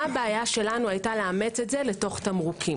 מה הבעיה שלנו הייתה לאמץ את זה לתוך תמרוקים